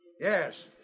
Yes